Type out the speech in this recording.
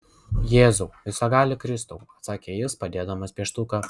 jėzau visagali kristau atsakė jis padėdamas pieštuką